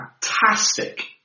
fantastic